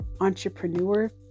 entrepreneur